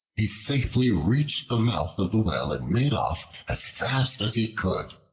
he safely reached the mouth of the well and made off as fast as he could.